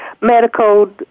medical